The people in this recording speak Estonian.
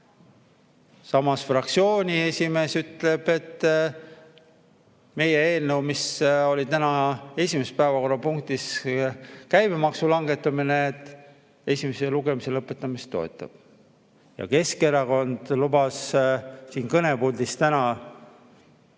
Samas fraktsiooni esimees ütleb, et meie eelnõu, mis oli täna esimene päevakorrapunkt – käibemaksu langetamine –, selle esimese lugemise lõpetamist ta toetab. Ja Keskerakond lubas siin kõnepuldis täna –